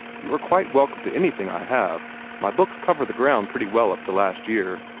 you are quite welcome to anything i have my books cover the ground pretty well up to last year.